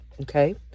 okay